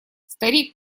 старик